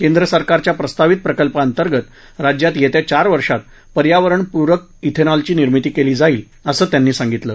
केंद्र सरकाराच्या प्रस्तावित प्रकल्पाअंतर्गत राज्यात येत्या चार वर्षात पर्यावरणप्रक श्रेनॉलची निर्मिती केली जाईल असं त्यांनी सांगितलं